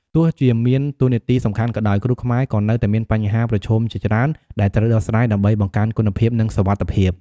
ទោះជាមានតួនាទីសំខាន់ក៏ដោយ គ្រូខ្មែរក៏នៅមានបញ្ហាប្រឈមជាច្រើនដែលត្រូវដោះស្រាយដើម្បីបង្កើនគុណភាពនិងសុវត្ថិភាព។